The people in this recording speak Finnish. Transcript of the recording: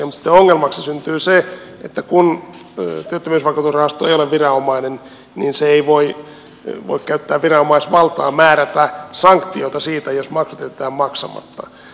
mutta sitten ongelmaksi syntyy se että kun työttömyysvakuutusrahasto ei ole viranomainen niin se ei voi käyttää viranomaisvaltaa määrätä sanktiota siitä jos maksut jätetään maksamatta